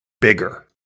bigger